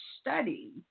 study